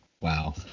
wow